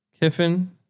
Kiffin